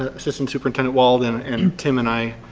assistant superintendent wald and and tim and i,